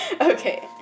Okay